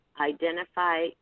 identify